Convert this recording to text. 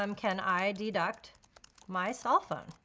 um can i deduct my cell phone?